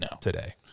today